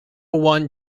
won